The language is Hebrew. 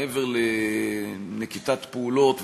מעבר לנקיטת פעולות,